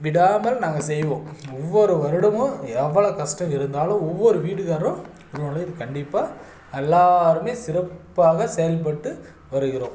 விடாமல் நாங்கள் செய்வோம் ஒவ்வொரு வருடமும் எவ்வளோ கஷ்டம் இருந்தாலும் ஒவ்வொரு வீட்டுக்காரரும் கண்டிப்பாக எல்லோருமே சிறப்பாக செயல்பட்டு வருகிறோம்